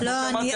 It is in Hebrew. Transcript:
כמו שאמרתי,